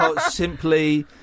simply